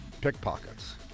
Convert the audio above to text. pickpockets